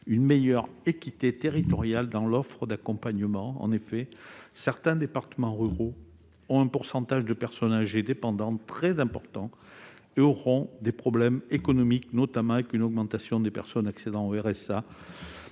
une meilleure équité territoriale dans l'offre d'accompagnement. En effet, certains départements ruraux ayant une proportion de personnes âgées dépendantes très importante seront confrontés à des problèmes économiques, notamment avec une augmentation des personnes accédant au RSA,